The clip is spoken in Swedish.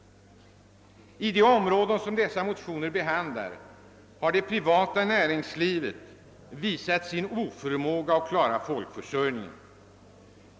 I de områden som dessa motioner behandlar har det privata näringslivet visat sin oförmåga att klara folkförsörjningen.